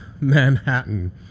Manhattan